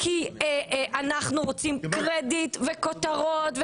כי אנחנו רוצים קרדיט וכותרות.